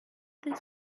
this